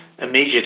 immediate